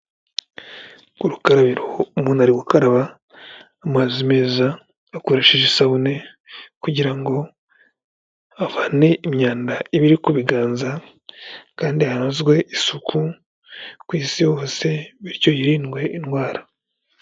Urukarabiro; umuntu ari gukaraba, amazi meza akoresheje isabune, kugira ngo avane imyanda iba iri ku biganza, kandi hanozwe isuku ku isi hose, bityo hirindwe indwara.